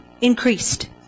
increased